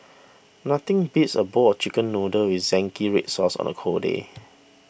nothing beats a bowl of Chicken Noodles with Zingy Red Sauce on a cold day